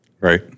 Right